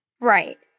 Right